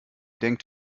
denkt